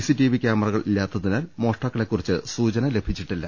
C TV ക്യാമറകൾ ഇല്ലാത്തതിനാൽ മോഷ്ടാക്കളെക്കുറിച്ചു സൂചന ലഭിച്ചിട്ടില്ല